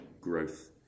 growth